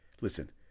Listen